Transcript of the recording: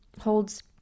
holds